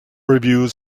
reviews